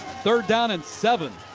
third down and seven.